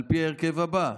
על פי ההרכב הבא: